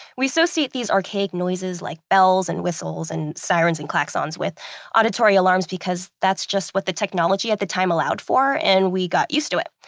we associate these archaic noises, like bells and whistles and sirens and claxons with auditory alarms, because that's just what the technology at the time allowed for and we got used to it.